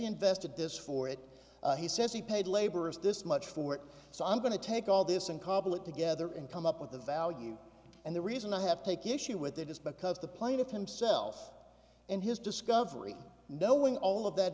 invested this for it he says he paid laborers this much for it so i'm going to take all this and cobble it together and come up with a value and the reason i have take issue with it is because the plaintiff himself and his discovery knowing all of that